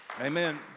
Amen